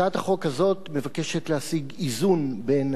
הצעת החוק הזאת מבקשת להשיג איזון בין